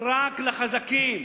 רק לחזקים,